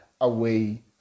away